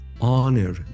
honor